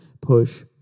push